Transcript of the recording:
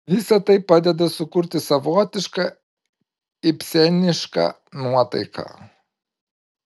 visa tai padeda sukurti savotišką ibsenišką nuotaiką